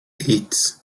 eight